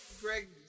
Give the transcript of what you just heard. Greg